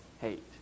hate